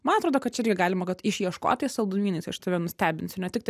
man atrodo kad čia irgi galima išieškotais saldumynais aš tave nustebinsiu ne tik tai